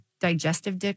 digestive